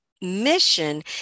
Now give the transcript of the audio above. mission